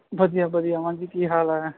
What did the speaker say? ਵਧੀਆ ਵਧੀਆ ਹਾਂਜੀ ਕੀ ਹਾਲ ਹੈ